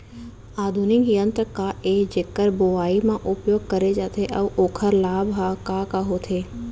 आधुनिक यंत्र का ए जेकर बुवाई म उपयोग करे जाथे अऊ ओखर लाभ ह का का होथे?